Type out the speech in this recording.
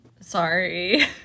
Sorry